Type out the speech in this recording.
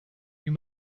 you